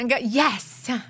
Yes